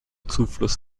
zufluss